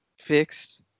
fixed